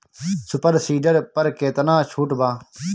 Super seeder पर केतना छूट बा?